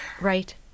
Right